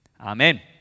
amen